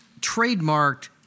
trademarked